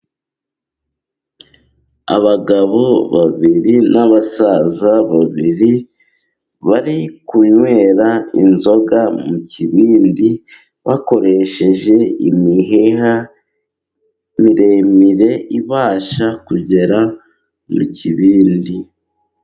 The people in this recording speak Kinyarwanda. Abagabo babiri n'abasaza babiri bari kunywera inzoga mu kibindi, bakoresheje imiheha miremire ibasha kugera mu kibindi.